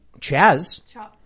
Chaz